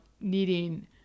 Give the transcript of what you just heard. needing